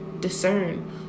discern